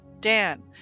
Dan